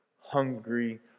hungry